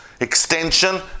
extension